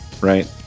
right